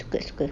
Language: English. suka suka